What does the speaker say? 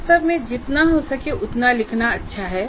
वास्तव में जितना हो सके उतना लिखना अच्छा है